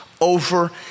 over